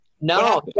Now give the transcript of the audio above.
No